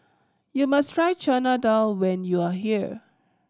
you must try Chana Dal when you are here